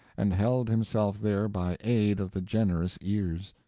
and held himself there by aid of the generous ears.